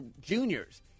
juniors